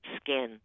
skin